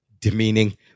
demeaning